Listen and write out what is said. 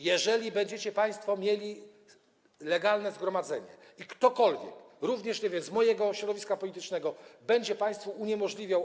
Jeżeli będziecie państwo mieli legalne zgromadzenie i ktokolwiek, również, nie wiem, z mojego środowiska politycznego, będzie państwu uniemożliwiał.